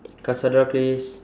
cassandra clare